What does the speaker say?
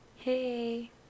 Hey